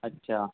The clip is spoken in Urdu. اچھا